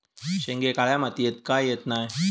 शेंगे काळ्या मातीयेत का येत नाय?